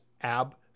ab-